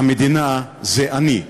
"המדינה זה אני"